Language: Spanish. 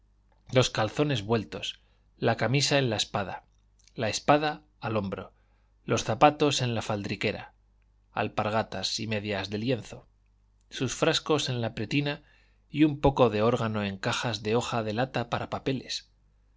los calzones vueltos la camisa en la espada la espada al hombro los zapatos en la faldriquera alpargatas y medias de lienzo sus frascos en la pretina y un poco de órgano en cajas de hoja de lata para papeles